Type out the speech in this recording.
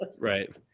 Right